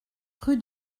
rue